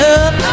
up